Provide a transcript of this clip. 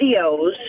videos